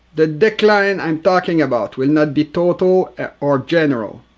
the decline i am talking about will not be total or general.